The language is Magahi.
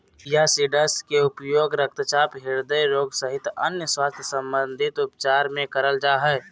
चिया सीड्स के उपयोग रक्तचाप, हृदय रोग सहित अन्य स्वास्थ्य संबंधित उपचार मे करल जा हय